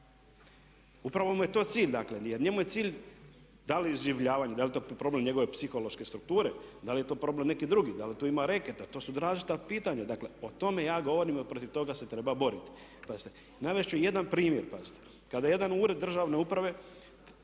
Upravo mu je to cilj. Jer njemu je cilj, da li iživljavanje, da li je to problem njegove psihološke strukture, da li je to problem neki drugi, da li tu ima reketa, to su različita pitanja. Dakle, o tome ja govorim i protiv toga se treba boriti. Pazite, navest ću jedan primjer, pazite. Kada jedan ured državne uprave,